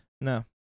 No